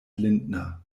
lindner